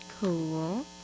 Cool